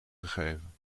gegeven